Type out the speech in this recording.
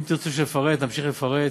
אם תרצו שנפרט, נמשיך לפרט.